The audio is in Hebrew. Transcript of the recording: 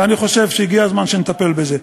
ואני חושב שהגיע הזמן שנטפל בזה.